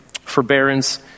forbearance